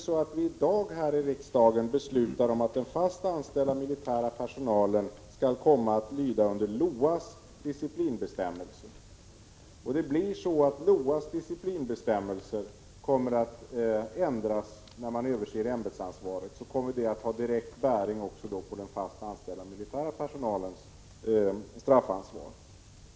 Om vi i riksdagen i dag beslutar att den fast anställda militära personalen skall lyda under LOA:s disciplinbestämmelser och ämbetsansvarsöversynen leder till att dessa bestämmelser ändras, är det uppenbart att det kommer att ha direkt bäring också på den fast anställda militära personalens straffansvar.